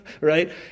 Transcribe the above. right